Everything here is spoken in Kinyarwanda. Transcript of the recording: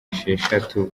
esheshatu